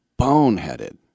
boneheaded